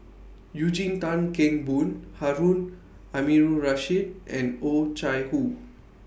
Eugene Tan Kheng Boon Harun Aminurrashid and Oh Chai Hoo